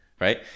Right